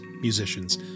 musicians